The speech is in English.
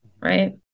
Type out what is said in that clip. right